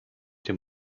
dem